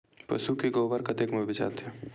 पशु के गोबर कतेक म बेचाथे?